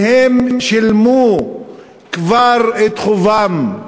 הם שילמו כבר את חובם.